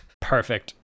Perfect